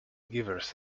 givers